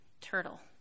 turtle